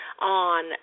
on